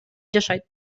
жашайт